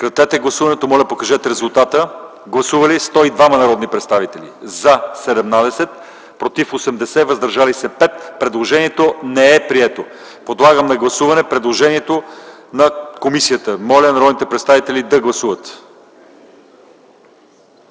не подкрепя. Моля, гласувайте. Гласували 102 народни представители: за 17, против 80, въздържали се 5. Предложението не е прието. Моля да гласуваме предложението на комисията. Моля народните представители да гласуват.